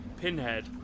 pinhead